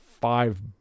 five